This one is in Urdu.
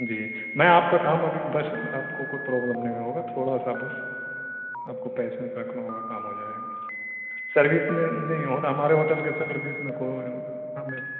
جی میں آپ کا کام ابھی بس آپ کو کوئی پرابلم نہیں ہوگا تھوڑا سا بس آپ کو پیشینس رکھنا ہوگا کام ہو جائے گا سروس میں نہیں ہوتا ہمارے ہوٹل کے سروس میں کوئی ہمیں